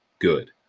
good